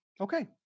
okay